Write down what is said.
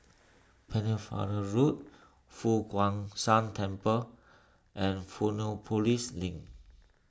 Pennefather Road Fo Guang Shan Temple and Fusionopolis Link